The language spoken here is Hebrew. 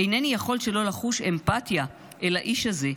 אינני יכול שלא לחוש אמפתיה אל האיש הזה,